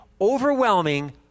overwhelming